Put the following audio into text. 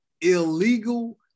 illegal